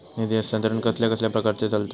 निधी हस्तांतरण कसल्या कसल्या प्रकारे चलता?